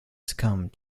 succumb